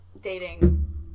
dating